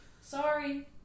sorry